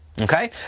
Okay